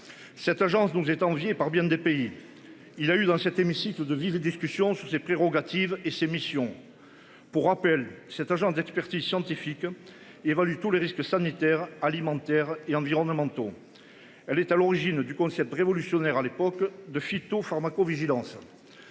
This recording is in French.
Cette agence donc j'ai envié par bien des pays, il a eu, dans cet hémicycle de vives discussions sur ses prérogatives et ses missions. Pour rappel, cet agent d'expertise scientifique. Évalue tous les risques sanitaires alimentaires et environnementaux. Elle est allongée ne du concept révolutionnaire à l'époque de phyto-pharmacovigilance.